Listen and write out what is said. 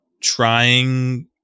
trying